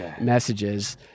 messages